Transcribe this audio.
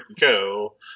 go